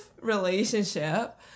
relationship